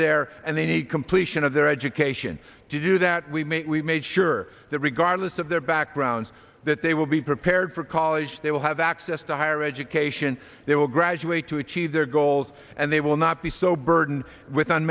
there and they need completion of their education to do that we make sure that regardless of their backgrounds that they will be prepared for college they will have access to higher education they will graduate to achieve their goals and they will not be so burdened with